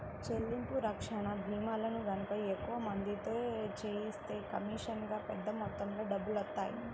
చెల్లింపు రక్షణ భీమాలను గనక ఎక్కువ మందితో చేయిస్తే కమీషనుగా పెద్ద మొత్తంలో డబ్బులొత్తాయి